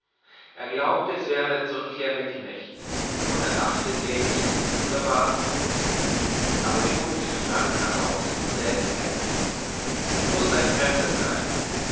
er glaubte es wäre der zurückkehrende knecht unerachtet er ihn nicht so früh erwarten konnte aber die hunde sprangen heraus und bellten heftig es mußte ein fremder sein